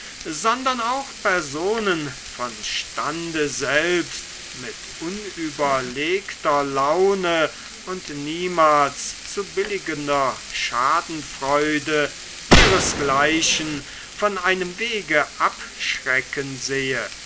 sondern auch personen von stande selbst mit unüberlegter laune und niemals zu billigender schadenfreude ihresgleichen von einem wege abschrecken sehe